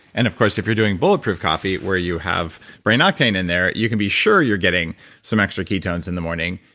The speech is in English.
and of course if you're doing bulletproof coffee where you have brain octane in there, you can be sure you're getting some extra ketones in the morning.